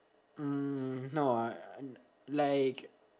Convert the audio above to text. mm no like